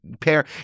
pair